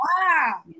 Wow